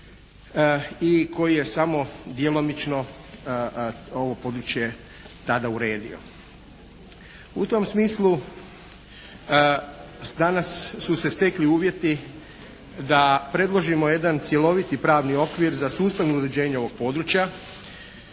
i koji je samo djelomično ovo područje tada uredio. U tom smislu danas su se stekli uvjeti da predložimo jedan cjeloviti pravni okvir za sustavno uređenje ovog područja.